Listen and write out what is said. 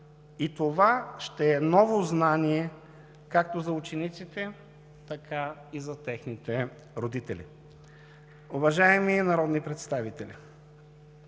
и това ще е ново знание както за учениците, така и за техните родители. Уважаеми народни представители,